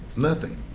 nothing.